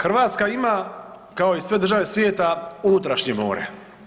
Hrvatska ima kao i sve države svijeta unutrašnje more.